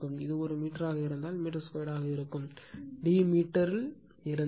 இது ஒரு மீட்டராக இருந்தால் மீட்டர்2 ஆக இருக்கும் d மீட்டரில் இருந்தால்